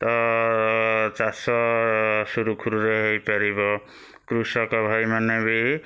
ତ ଚାଷ ସୁରୁଖୁରୁରେ ହେଇପାରିବ କୃଷକ ଭାଇମାନେ ବି